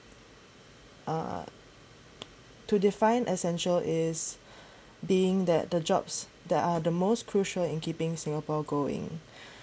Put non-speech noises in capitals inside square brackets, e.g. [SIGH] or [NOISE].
uh to define essential is [BREATH] being that the jobs that are the most crucial in keeping singapore going [BREATH]